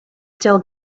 still